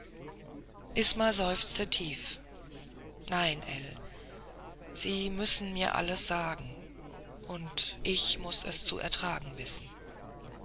isma seufzte tief nein ell sie müssen mir alles sagen und ich muß es zu ertragen wissen